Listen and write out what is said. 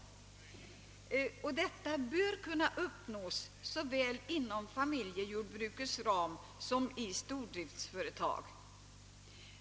Detta bör kunna uppnås såväl inom familjejordbrukets ram som i stordriftsföretag.